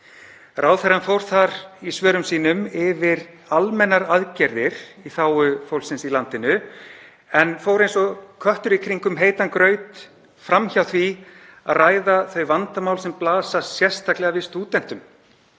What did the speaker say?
Ráðherrann fór í svörum sínum yfir almennar aðgerðir í þágu fólksins í landinu en fór eins og köttur í kringum heitan graut fram hjá því að ræða þau vandamál sem blasa sérstaklega við stúdentum.